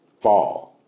fall